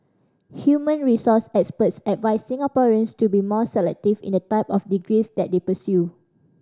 human resource experts advised Singaporeans to be more selective in the type of degrees that they pursue